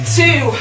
two